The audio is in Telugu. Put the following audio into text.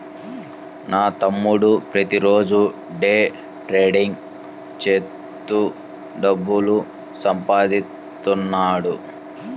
నా తమ్ముడు ప్రతిరోజూ డే ట్రేడింగ్ చేత్తూ డబ్బులు సంపాదిత్తన్నాడు